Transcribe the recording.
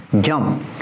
jump